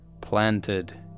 planted